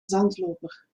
zandloper